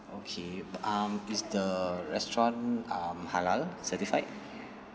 okay um is the restaurant um halal certified